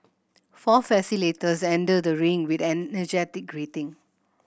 four facilitators enter the ring with an energetic greeting